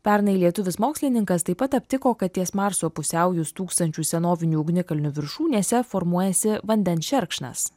pernai lietuvis mokslininkas taip pat aptiko kad ties marso pusiaujus tūkstančių senovinių ugnikalnių viršūnėse formuojasi vandens šerkšnas